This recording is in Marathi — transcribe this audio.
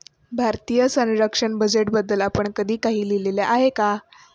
भारतीय संरक्षण बजेटबद्दल आपण कधी काही लिहिले आहे का?